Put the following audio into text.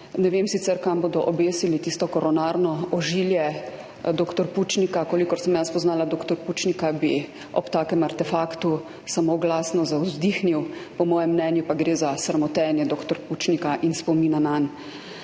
Ne vem sicer, kam bodo obesili tisto koronarno ožilje dr. Pučnika. Kolikor sem jaz poznala dr. Pučnika, bi ob takem artefaktu samo glasno zavzdihnil, po mojem mnenju pa gre za sramotenje dr. Pučnika in spomina nanj.